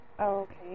Okay